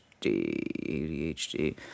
ADHD